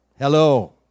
Hello